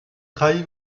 trahi